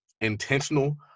intentional